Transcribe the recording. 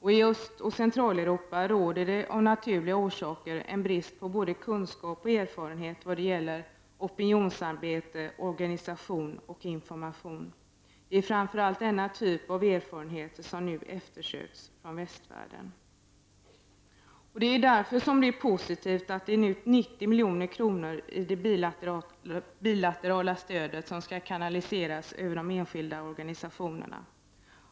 I Östoch Centraleuropa råder det av naturliga orsaker en brist på både kunskap och erfarenhet vad gäller opinionsarbete, organisation och information. Det är framför allt denna typ av erfarenheter som nu eftersöks från västvärlden. Det är därför positivt att 90 milj.kr. av det bilaterala stödet nu kanaliseras över de enskilda organisationerna.